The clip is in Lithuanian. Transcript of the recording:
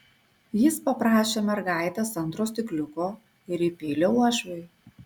jis paprašė mergaitės antro stikliuko ir įpylė uošviui